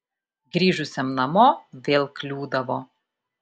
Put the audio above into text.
grįžusiam namo vėl kliūdavo